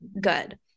good